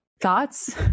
Thoughts